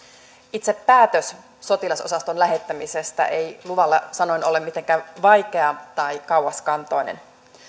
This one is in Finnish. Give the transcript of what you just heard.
itse päätös sotilasosaston lähettämisestä ei luvalla sanoen ole mitenkään vaikea tai kauaskantoinen